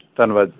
ਧੰਨਵਾਦ ਜੀ